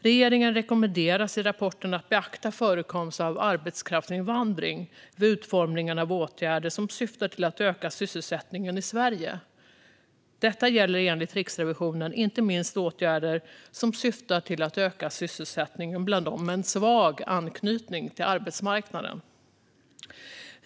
Regeringen rekommenderas i rapporten att beakta förekomst av arbetskraftsinvandring vid utformningen av åtgärder som syftar till att öka sysselsättningen i Sverige. Detta gäller enligt Riksrevisionen inte minst åtgärder som syftar till att öka sysselsättningen bland dem med en svag anknytning till arbetsmarknaden.